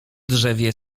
drzewie